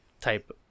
type